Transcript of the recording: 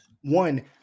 One